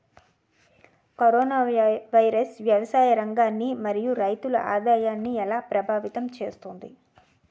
Corona virus వ్యవసాయ రంగాన్ని మరియు రైతుల ఆదాయాన్ని ఎలా ప్రభావితం చేస్తుంది?